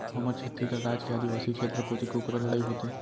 हमर छत्तीसगढ़ राज के आदिवासी छेत्र कोती कुकरा लड़ई होथे